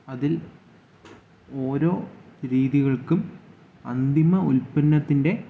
അതിൽ ഓരോ രീതികൾക്കും അന്തിമ ഉൽപ്പന്നത്തിൻ്റെ